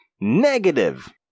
negative